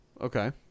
Okay